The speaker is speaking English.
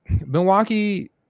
Milwaukee